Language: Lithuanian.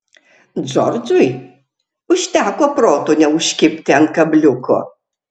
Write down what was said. džordžui užteko proto neužkibti ant kabliuko